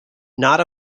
not